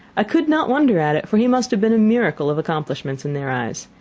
i could not wonder at it for he must have been a miracle of accomplishments in their eyes.